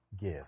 give